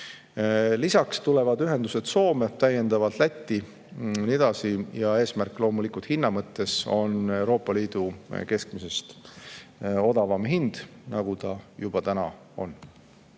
Lisaks tulevad ühendused Soome, täiendavalt Lätti ja nii edasi. Eesmärk loomulikult hinna mõttes on Euroopa Liidu keskmisest odavam hind, nagu ta juba täna on.